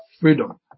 freedom